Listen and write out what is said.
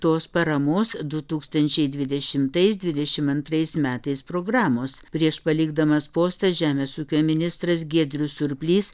tos paramos du tūkstančiai dvidešimtais dvidešimt antrais metais programos prieš palikdamas postą žemės ūkio ministras giedrius surplys